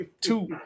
Two